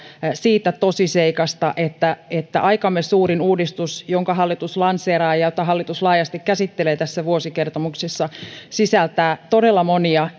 siitä tosiseikasta että että aikamme suurin uudistus jonka hallitus lanseeraa ja ja jota hallitus laajasti käsittelee tässä vuosikertomuksessa sisältää todella monia